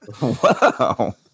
Wow